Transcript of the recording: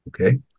Okay